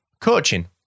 coaching